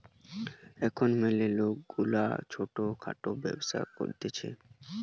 এখুন ম্যালা লোকরা ছোট খাটো ব্যবসা করতিছে